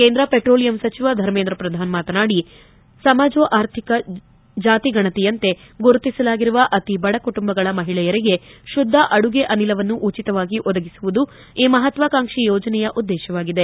ಕೇಂದ್ರ ಪೆಟ್ರೋಲಿಯಂ ಸಚಿವ ಧರ್ಮೇಂದ್ರ ಪ್ರಧಾನ್ ಮಾತನಾಡಿ ಸಮಾಜೋ ಆರ್ಥಿಕ ಜಾತಿಗಣತಿಯಂತೆ ಗುರುತಿಸಲಾಗಿರುವ ಅತೀ ಬಡ ಕುಟುಂಬಗಳ ಮಹಿಳೆಯರಿಗೆ ಶುದ್ದ ಅಡುಗೆ ಅನಿಲವನ್ನು ಉಚಿತವಾಗಿ ಒದಗಿಸುವುದು ಈ ಮಹತ್ವಾಕಾಂಕ್ಷಿ ಯೋಜನೆಯ ಉದ್ದೇಶವಾಗಿದೆ